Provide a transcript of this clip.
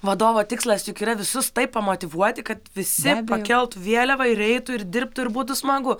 vadovo tikslas juk yra visus taip pamotyvuoti kad visi pakeltų vėliavą ir eitų ir dirbtų ir būtų smagu